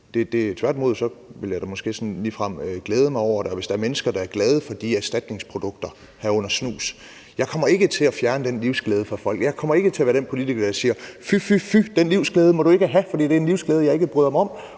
Tværtimod vil jeg måske ligefrem glæde mig over det, hvis der er mennesker, der er glade for de erstatningsprodukter, herunder snus. Jeg kommer ikke til at fjerne den livsglæde fra folk, jeg kommer ikke til at være den politiker, der siger fy, fy, fy, den livsglæde må du ikke have, for det er en livsglæde, jeg ikke bryder mig om.